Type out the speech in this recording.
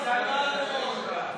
הקמת כבר ועדת חקירה,